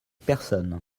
personne